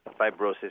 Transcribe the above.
fibrosis